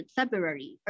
February